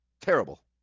Terrible